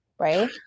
right